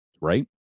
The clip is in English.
right